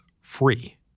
free